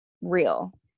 real